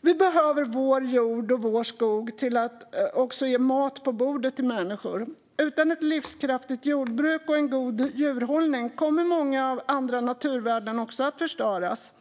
Vi behöver vår jord och vår skog till att också ge mat på bordet till människor. Utan ett livskraftigt jordbruk och en god djurhållning kommer många andra naturvärden att förstöras.